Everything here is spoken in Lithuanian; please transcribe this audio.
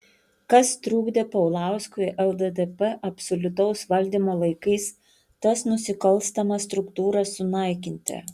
kas trukdė paulauskui lddp absoliutaus valdymo laikais tas nusikalstamas struktūras sunaikinti